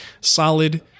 solid